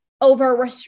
over